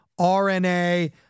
RNA